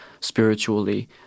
spiritually